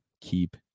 keep